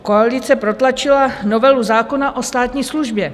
Koalice protlačila novelu zákona o státní službě.